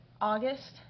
august